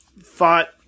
fought